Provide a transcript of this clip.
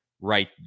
right